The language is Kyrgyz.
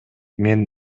мен